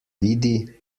vidi